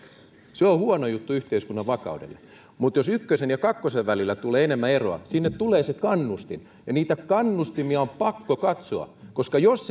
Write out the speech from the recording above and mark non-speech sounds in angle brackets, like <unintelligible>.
se on huono juttu yhteiskunnan vakaudelle mutta jos ykkösen ja kakkosen välillä tulee enemmän eroa sinne tulee se kannustin ja niitä kannustimia on pakko katsoa koska jos <unintelligible>